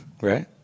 Right